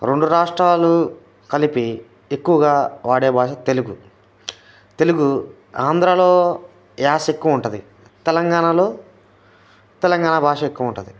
రెండు రాష్ట్రాలు కలిపి ఎక్కువగా వాడే భాష తెలుగు తెలుగు ఆంధ్రాలో యాస ఎక్కువ ఉంటుంది తెలంగాణలో తెలంగాణ భాష ఎక్కువ ఉంటుంది